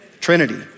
Trinity